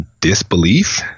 disbelief